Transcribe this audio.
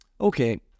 Okay